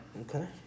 Okay